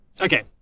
Okay